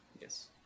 yes